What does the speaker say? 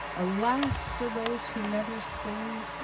alas, for those who never sing,